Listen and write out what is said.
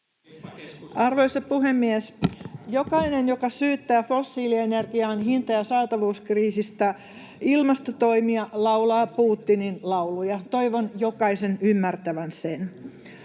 Arvoisa puhemies! Jokainen, joka syyttää fossiilienergian hinta- ja saatavuuskriisistä ilmastotoimia, laulaa Putinin lauluja. [Toimi Kankaanniemi: Höpö